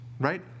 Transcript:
Right